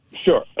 Sure